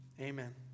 Amen